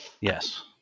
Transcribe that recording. Yes